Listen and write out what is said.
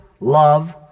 love